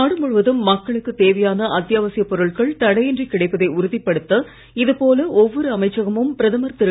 நாடு முழுவதும் மக்களுக்கு தேவையான அத்தியாவசிய பொருட்கள் தடையின்றி கிடைப்பதை உறுதிப்படுத்த இது போல ஒவ்வொரு அமைச்சகமும் பிரதமர் திரு